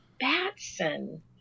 Batson